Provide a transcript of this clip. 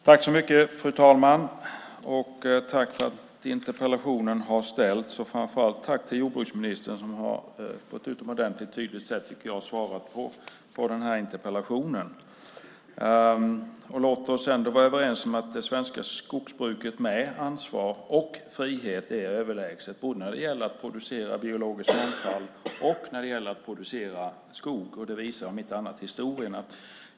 Fru talman! Tack för att interpellationen har ställts, och framför allt tack till jordbruksministern som på ett utomordentligt tydligt sätt har svarat på interpellationen. Låt oss ändå vara överens om att det svenska skogsbruket med ansvar och frihet är överlägset både när det gäller att producera biologisk mångfald och när det gäller att producera skog. Det visar om inte annat historien.